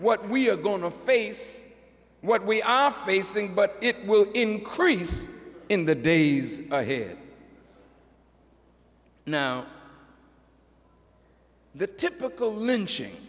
what we are going to face what we are facing but it will increase in the days here now the typical lynching